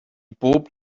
bob